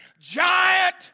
giant